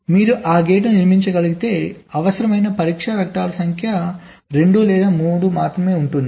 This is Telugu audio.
కాబట్టి మీరు ఆ గేటును నిర్మించగలిగితే అవసరమైన పరీక్ష వెక్టర్ల సంఖ్య 2 లేదా 3 మాత్రమే ఉంటుంది